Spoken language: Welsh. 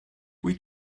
wyt